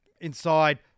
inside